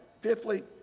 fifthly